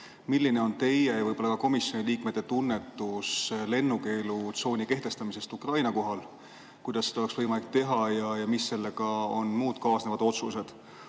Milline on teie ja võib-olla ka komisjoni liikmete tunnetus lennukeelutsooni kehtestamise kohta Ukraina kohal? Kuidas seda oleks võimalik teha ja millised on muud sellega kaasnevad otsused?